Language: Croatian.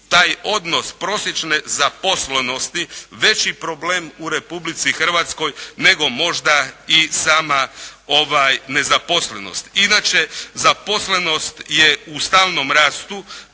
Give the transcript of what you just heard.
taj odnos prosječne zaposlenosti veći problem u Republici Hrvatskoj, nego možda i sama nezaposlenost. Inače, zaposlenost je u stalnom rastu,